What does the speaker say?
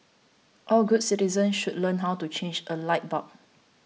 all good citizens should learn how to change a light bulb